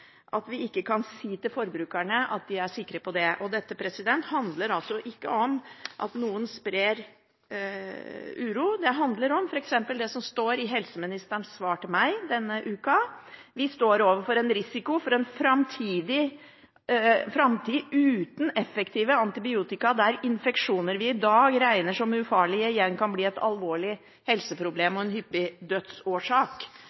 at vi ikke kan si til forbrukerne at de kan være sikre på det. Dette handler altså ikke om at noen sprer uro, det handler om f.eks. det som står i helseministerens svar til meg denne uka: «Vi står overfor en risiko for en fremtid uten effektive antibiotika der infeksjoner som vi i dag regner som ufarlige, igjen kan bli et alvorlig helseproblem